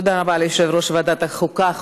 תודה רבה ליושב-ראש ועדת החוקה,